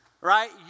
right